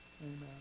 Amen